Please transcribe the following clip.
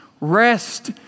rest